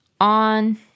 on